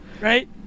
right